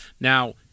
Now